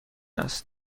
است